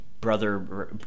brother